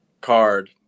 card